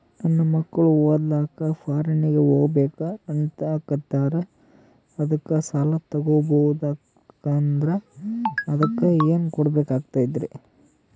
ನನ್ನ ಮಕ್ಕಳು ಓದ್ಲಕ್ಕ ಫಾರಿನ್ನಿಗೆ ಹೋಗ್ಬಕ ಅನ್ನಕತ್ತರ, ಅದಕ್ಕ ಸಾಲ ತೊಗೊಬಕಂದ್ರ ಅದಕ್ಕ ಏನ್ ಕೊಡಬೇಕಾಗ್ತದ್ರಿ?